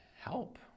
help